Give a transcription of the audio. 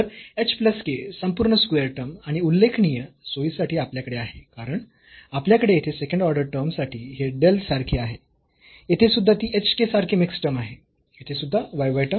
तर h plus k संपूर्ण square term आणि उल्लेखनीय सोयीसाठी आपल्याकडे आहे कारण आपल्याकडे येथे सेकंड ऑर्डर टर्म साठी हे डेल सारखे आहे येथे सुद्धा ती hk सारखी मिक्स टर्म आहे येथे सुद्धा yy टर्म